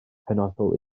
penodol